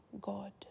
God